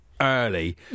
early